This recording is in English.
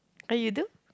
how you do